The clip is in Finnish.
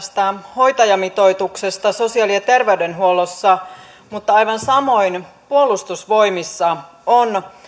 hoitajamitoituksesta sosiaali ja terveydenhuollossa mutta aivan samoin puolustusvoimissa on